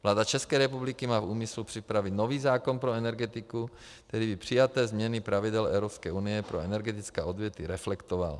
Vláda České republiky má v úmyslu připravit nový zákon pro energetiku, který by přijaté změny pravidel Evropské unie pro energetická odvětví reflektoval.